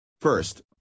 First